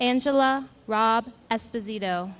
angela robb as busy though